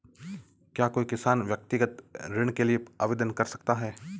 क्या कोई किसान व्यक्तिगत ऋण के लिए आवेदन कर सकता है?